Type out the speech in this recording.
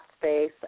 space